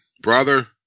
brother